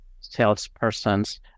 salesperson's